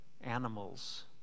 animals